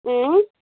اۭں